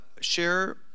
share